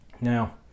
Now